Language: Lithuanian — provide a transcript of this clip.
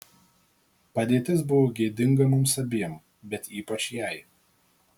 padėtis buvo gėdinga mums abiem bet ypač jai